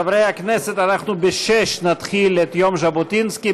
חברי הכנסת, ב-18:00 נתחיל את יום ז'בוטינסקי.